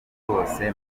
rwose